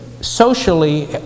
socially